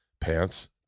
pants